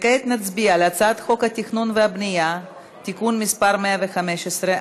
וכעת נצביע על הצעת חוק התכנון והבנייה (תיקון מס' 115),